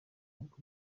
ubwo